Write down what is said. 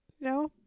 No